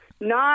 No